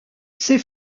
ses